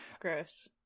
Gross